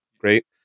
great